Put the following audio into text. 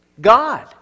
God